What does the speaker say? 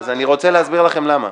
אז אני רוצה להסביר לכם למה.